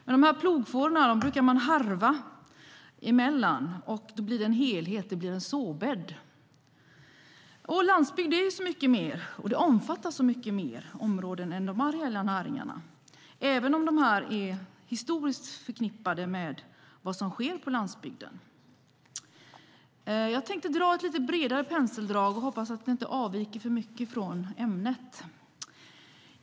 Dessa plogfåror brukar man harva emellan. Då blir det en helhet, en såbädd. Landsbygd är så mycket mer och omfattar så många fler områden än de areella näringarna, även om de är historiskt förknippade med vad som sker på landsbygden. Jag tänkte dra lite bredare penseldrag. Jag hoppas att jag inte avviker för mycket från ämnet.